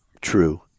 true